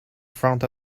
front